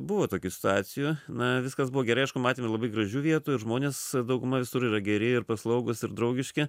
buvo tokių situacijų na viskas buvo gerai aišku matėm ir labai gražių vietų ir žmonės dauguma visur yra geri ir paslaugūs ir draugiški